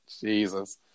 Jesus